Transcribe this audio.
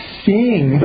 seeing